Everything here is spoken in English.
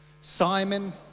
Simon